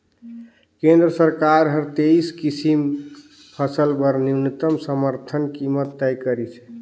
केंद्र सरकार हर तेइस किसम फसल बर न्यूनतम समरथन कीमत तय करिसे